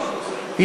המרגיע הלאומי.